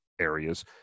areas